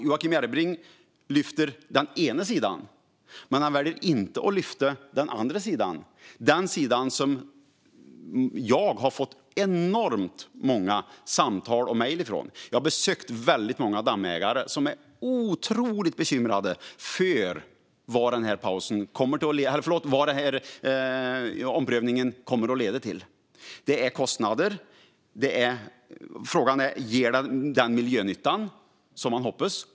Joakim Järrebring lyfter den ena sidan, men han väljer att inte lyfta den andra sidan - den sida som jag har fått enormt många samtal och mejl om. Jag har besökt väldigt många dammägare som är otroligt bekymrade för vad omprövningen kommer att leda till. Det blir kostnader, och frågan är om detta ger den miljönytta som man hoppas på.